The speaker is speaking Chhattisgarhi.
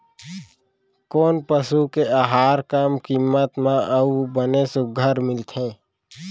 कोन पसु के आहार कम किम्मत म अऊ बने सुघ्घर मिलथे?